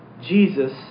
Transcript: Jesus